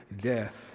death